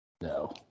No